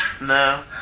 no